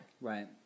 Right